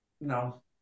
No